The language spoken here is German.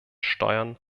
steuern